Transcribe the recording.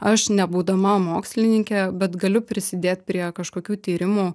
aš nebūdama mokslininkė bet galiu prisidėt prie kažkokių tyrimų